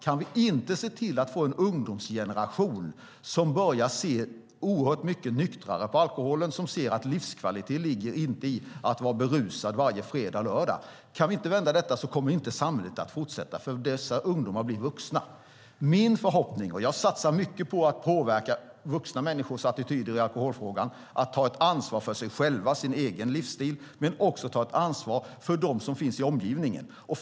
Om vi inte kan se till att få en ungdomsgeneration som börjar se oerhört mycket nyktrare på alkoholen och som ser att livskvalitet inte ligger i att vara berusad varje fredag och lördag kommer samhället inte att fortsätta eftersom dessa ungdomar blir vuxna. Jag satsar mycket på att påverka vuxna människors attityder i alkoholfrågan och att de ska ta ett ansvar för sig själva och sin egen livsstil men också ta ett ansvar för dem som finns i omgivningen.